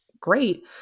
great